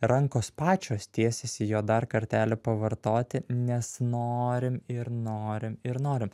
rankos pačios tiesiasi jo dar kartelį pavartoti nes norim ir norim ir norim